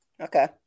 okay